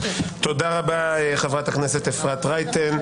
תודה רבה, חברת הכנסת אפרת רייטן.